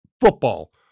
football